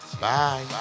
Bye